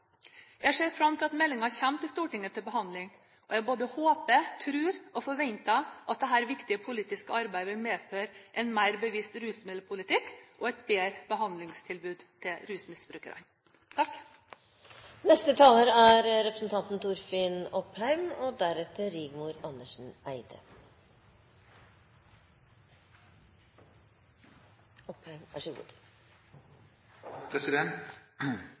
Jeg ser fram til at meldingen kommer til Stortinget til behandling, og jeg både håper, tror og forventer at dette viktige politiske arbeidet vil medføre en mer bevisst rusmiddelpolitikk og et bedre behandlingstilbud til rusmisbrukerne. Vår måte å skape og dele og leve på har skapt det samfunnet vi har i dag, med høy sysselsetting, gode velferdsordninger og god